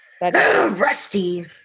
rusty